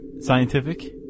scientific